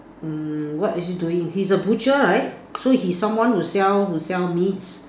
mm what is he doing he's a butcher right so he's someone who sell who sell meats